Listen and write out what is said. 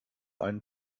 einen